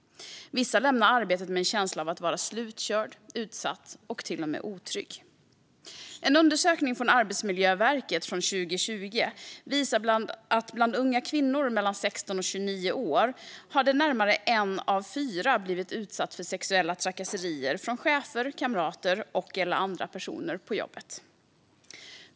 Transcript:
Vissa gör det med en känsla av att vara slutkörd, utsatt eller till och med otrygg. En undersökning från Arbetsmiljöverket från 2020 visade att bland unga kvinnor mellan 16 och 29 år hade närmare en av fyra blivit utsatt för sexuella trakasserier från chefer, kamrater eller andra personer på jobbet.